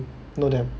know them